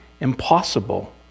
impossible